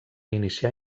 iniciar